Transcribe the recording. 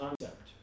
concept